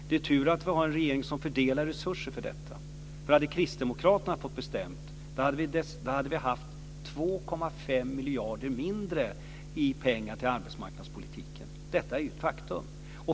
Det är tur att vi har en regering som fördelar resurser för detta, för hade Kristdemokraterna fått bestämma hade vi haft Detta är ju ett faktum.